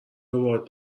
بابات